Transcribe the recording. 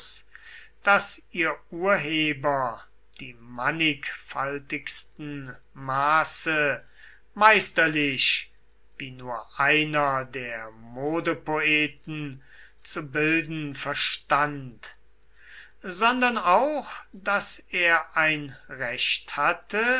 daß ihr urheber die mannigfaltigsten maße meisterlich wie nur einer der modepoeten zu bilden verstand sondern auch daß er ein recht hatte